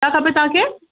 छा खपे तव्हांखे